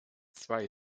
zwei